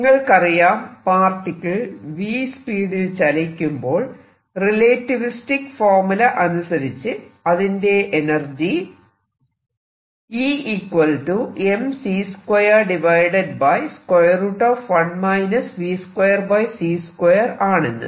നിങ്ങൾക്കറിയാം particle v സ്പീഡിൽ ചലിക്കുമ്പോൾ റിലേറ്റിവിസ്റ്റിക് ഫോർമുല അനുസരിച്ച് അതിന്റെ എനർജി ആണെന്ന്